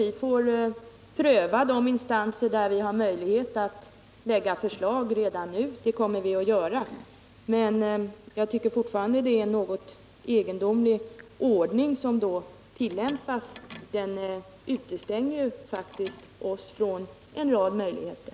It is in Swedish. Vi får pröva de instanser där vi har möjlighet att lägga fram förslag redan nu. Det kommer vi att göra. Men jag tycker fortfarande det är en något egendomlig ordning som då tillämpas. Den utestänger faktiskt oss från en rad möjligheter.